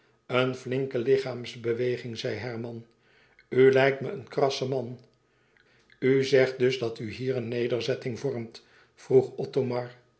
een flinke lichaamsbeweging zei herman u lijkt me een krasse man u zegt dus dat u hier een nederzetting vormt vroeg